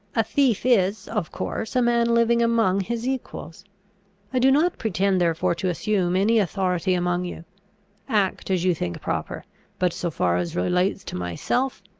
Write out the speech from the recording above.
a thief is, of course, a man living among his equals i do not pretend therefore to assume any authority among you act as you think proper but, so far as relates to myself,